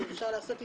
אפשר לעשות עדכונים,